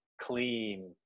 clean